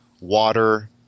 water